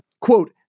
Quote